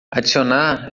adicionar